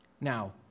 Now